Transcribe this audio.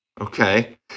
Okay